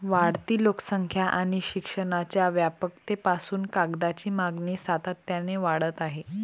वाढती लोकसंख्या आणि शिक्षणाच्या व्यापकतेपासून कागदाची मागणी सातत्याने वाढत आहे